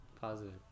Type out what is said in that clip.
Positive